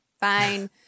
fine